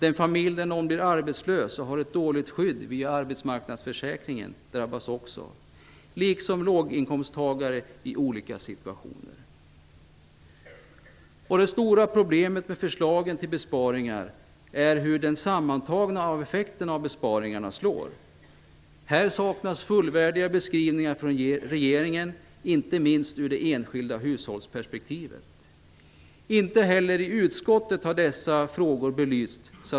Den familj där någon blir arbetslös och har ett dåligt skydd via arbetsmarknadsförsäkringen drabbas också, liksom låginkomsttagare i olika situationer. Det stora problemet med förslagen till besparingar är hur den sammantagna effekten av dem slår. Det saknas fullvärdiga beskrivningar från regeringen, inte minst ur det enskilda hushållets perspektiv. Inte heller i utskottet har dessa frågor belysts.